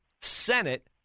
Senate